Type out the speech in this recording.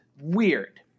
weird